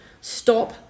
stop